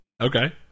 okay